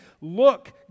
Look